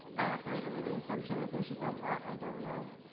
i operate under the assumption that there's just a lot i don't know.